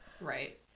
Right